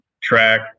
Track